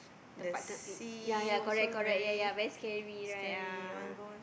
the part time ya ya correct correct ya ya very scary right ah